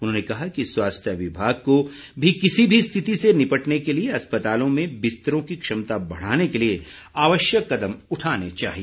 उन्होंने कहा कि स्वास्थ्य विभाग को भी किसी भी स्थिति से निपटने के लिए अस्पतालों में बिस्तरों की क्षमता बढ़ाने के लिए आवश्यक कदम उठाने चाहिए